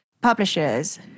publishers